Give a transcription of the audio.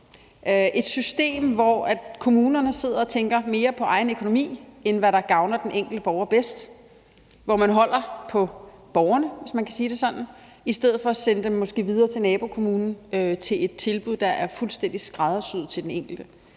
et system, hvor kommunerne sidder og tænker mere på egen økonomi end på, hvad der gavner den enkelte borger bedst, et system, hvor man holder på borgerne, hvis man kan sige det sådan, i stedet for måske at sende dem videre til nabokommunen til et tilbud, der er fuldstændig skræddersyet til den enkelte.